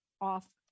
off